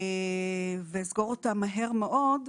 ואסגור אותם מהר מאוד,